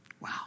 Wow